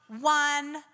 one